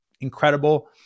incredible